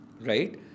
Right